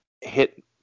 hit